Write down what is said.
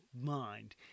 mind